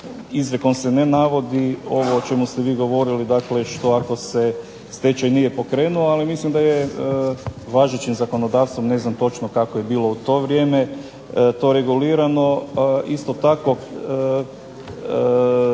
Izrijekom se ne navodi ovo o čemu ste vi govorili. Dakle, što ako se stečaj nije pokrenulo. Ali mislim da je važećim zakonodavstvom ne znam točno kako je bilo u to vrijeme to regulirano. Isto tako,